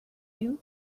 you